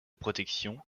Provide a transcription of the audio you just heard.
protection